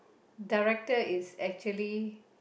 director is actually